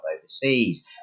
overseas